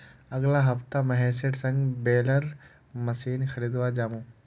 अगला हफ्ता महेशेर संग बेलर मशीन खरीदवा जामु